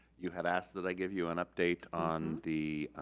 you had asked that i give you an update on the